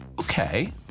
Okay